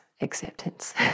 acceptance